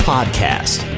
Podcast